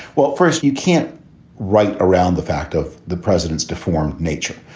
well, first, you can't right around the fact of the president's deformed nature.